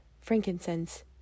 frankincense